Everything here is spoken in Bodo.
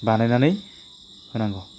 बानायनानै होनांगौ